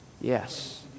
Yes